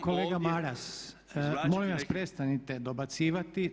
Kolega Maras, molim vas prestanite dobacivati.